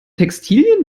textilien